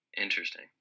Interesting